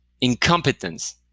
incompetence